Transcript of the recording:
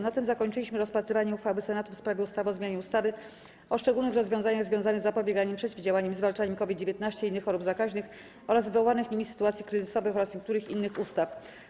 Na tym zakończyliśmy rozpatrywanie uchwały Senatu w sprawie ustawy o zmianie ustawy o szczególnych rozwiązaniach związanych z zapobieganiem, przeciwdziałaniem i zwalczaniem COVID-19, innych chorób zakaźnych oraz wywołanych nimi sytuacji kryzysowych oraz niektórych innych ustaw.